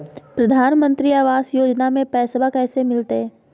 प्रधानमंत्री आवास योजना में पैसबा कैसे मिलते?